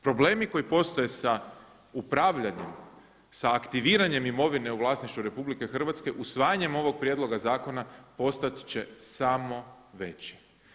Problemi koji postoje sa upravljanjem, sa aktiviranjem imovine u vlasništvu RH, usvajanjem ovog prijedloga zakona postat će samo veći.